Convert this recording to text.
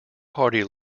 party